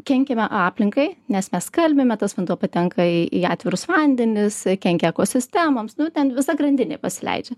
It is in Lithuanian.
kenkiame aplinkai nes mes skalbiame tas vanduo patenka į atvirus vandenis kenkia ekosistemoms nu ten visa grandinė pasileidžia